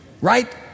right